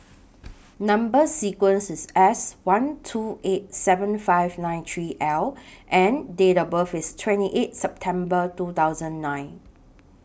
Number sequence IS S one two eight seven five nine three L and Date of birth IS twenty eight September two thousand nine